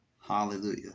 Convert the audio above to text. hallelujah